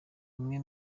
umwe